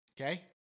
Okay